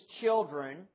children